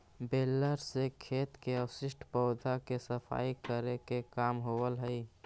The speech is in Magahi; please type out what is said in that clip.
बेलर से खेत के अवशिष्ट पौधा के सफाई करे के काम होवऽ हई